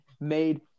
made